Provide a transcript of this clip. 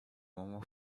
uomo